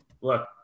look